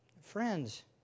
Friends